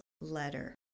letter